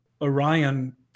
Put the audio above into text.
Orion